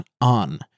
on